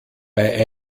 bei